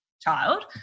child